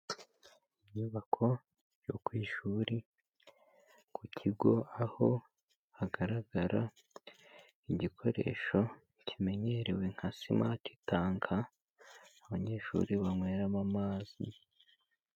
Inyubako yo ku ishuri ku kigo, aho hagaragara igikoresho kimenyerewe nka Smart Tank abanyeshuri banyweramo amazi.